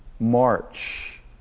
March